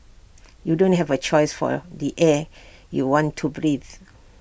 you don't have A choice for the air you want to breathe